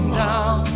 down